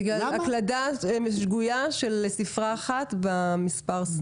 בגלל הקלדה שגויה של ספרה אחת במספר הסניף.